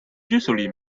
usually